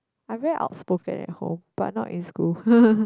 I very outspoken at home but not in school